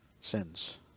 sins